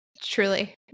Truly